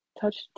touch